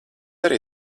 arī